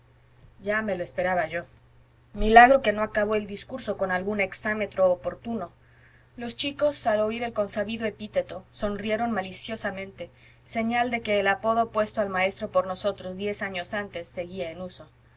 ya me lo esperaba yo milagro que no acabó el discurso con algún exámetro oportuno los chicos al oir el consabido epíteto sonrieron maliciosamente señal de que el apodo puesto al maestro por nosotros diez años antes seguía en uso